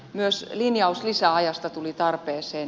myös linjaus lisäajasta tuli tarpeeseen